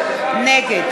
הכנסת.